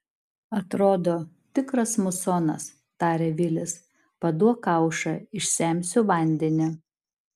atrodo tikras musonas tarė vilis paduok kaušą išsemsiu vandenį